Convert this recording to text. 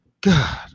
God